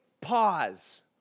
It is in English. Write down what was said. Pause